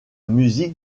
musique